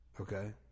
Okay